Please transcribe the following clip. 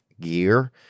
gear